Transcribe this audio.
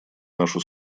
нашу